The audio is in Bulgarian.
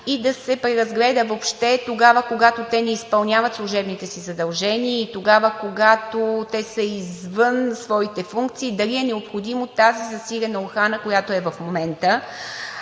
и да се преразгледа въобще – тогава, когато те не изпълняват служебните си задължения, тогава, когато те са извън своите функции, дали е необходимо тази засилена охрана, която е в момента?